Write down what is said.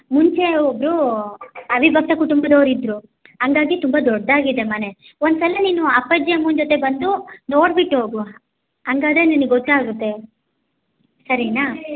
ಮುಂಚೆ ಒಬ್ಬರು ಅವಿಭಕ್ತ ಕುಟುಂಬದವ್ರು ಇದ್ದರು ಹಂಗಾಗಿ ತುಂಬ ದೊಡ್ಡದಾಗಿದೆ ಮನೆ ಒಂದು ಸಲ ನೀನು ಅಪ್ಪಾಜಿ ಅಮ್ಮನ ಜೊತೆ ಬಂದು ನೋಡ್ಬಿಟ್ಟು ಹೋಗು ಹಂಗಾದ್ರೆ ನಿನ್ಗೆ ಗೊತ್ತಾಗುತ್ತೆ ಸರಿನಾ